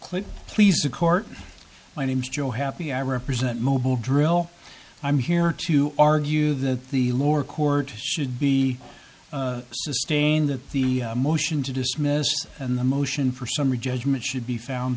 clip please the court my name is joe happy i represent mobile drill i'm here to argue that the lower court should be sustained that the motion to dismiss and the motion for summary judgment should be found